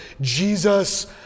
Jesus